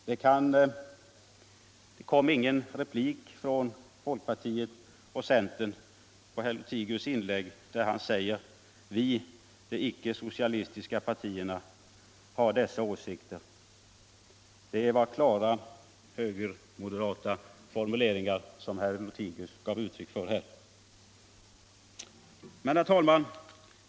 Det kom ingen replik från folkpartiet och centern på herr Lothigius inlägg, där han sade: Vi, de icke socialistiska partierna, har dessa åsikter. Det var klara högermoderata värderingar som herr Lothigius gav uttryck för. Herr talman!